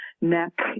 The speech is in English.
neck